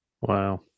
wow